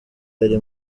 ari